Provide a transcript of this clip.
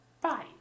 Bye